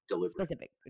specific